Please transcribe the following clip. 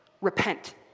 repent